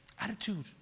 Attitude